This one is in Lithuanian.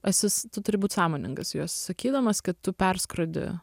esi tu turi būt sąmoningas juos sakydamas kad tu perskrodi